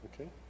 Okay